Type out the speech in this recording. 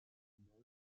dans